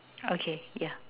okay yeah